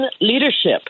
leadership